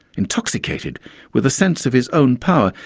intoxicated with a sense of his own power,